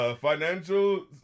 Financial